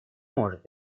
может